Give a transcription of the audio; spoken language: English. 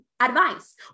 Advice